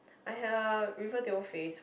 I had a Riverdale phase